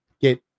get